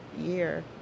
year